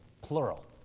plural